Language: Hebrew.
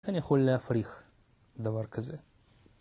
הנה חולי אפריך, דבר כזה.